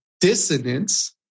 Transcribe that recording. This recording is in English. dissonance